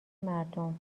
مردم